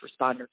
responder